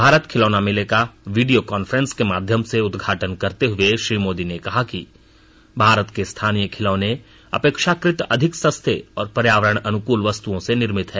भारत खिलौना मेले का वीडियो कान्फ्रेंस के माध्यम से उद्घाटन करते हुए श्री मोदी ने कहा कि भारत के स्थानीय खिलौने अपेक्षाकृत अधिक सस्ते और पर्यावरण अनुकूल वस्तुओं से निर्मित हैं